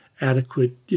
adequate